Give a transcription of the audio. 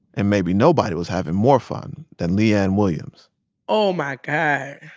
and maybe nobody was having more fun than le-ann williams oh, my god.